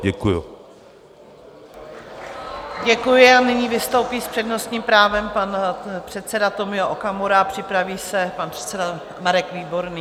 Děkuji a nyní vystoupí s přednostním právem pan předseda Tomio Okamura a připraví se pan předseda Marek Výborný.